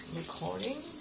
recording